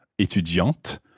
étudiante